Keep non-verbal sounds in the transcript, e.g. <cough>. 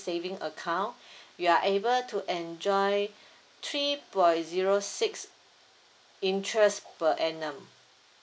saving account <breath> you are able to enjoy three point zero six interest per annum